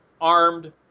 armed